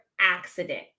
Accident